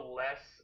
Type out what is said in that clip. less